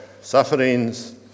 sufferings